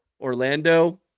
Orlando